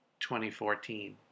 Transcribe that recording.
2014